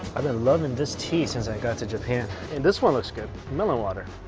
i've been loving this tea, since i got to japan and this one looks good. melon water.